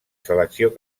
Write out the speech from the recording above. selecció